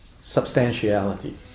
substantiality